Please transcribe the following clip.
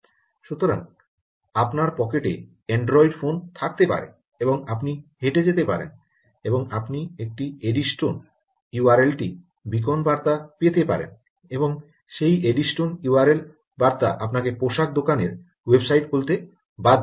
সুতরাং আপনার পকেটে অ্যান্ড্রয়েড ফোন থাকতে পারে এবং আপনি হেঁটে যেতে পারেন এবং আপনি একটি এডিস্টোন ইউআরএল টি বীকন বার্তা পেতে পারেন এবং সেই এডিস্টোন ইউআরএল বার্তা আপনাকে পোশাক দোকানের ওয়েবসাইট খুলতে বাধ্য করবে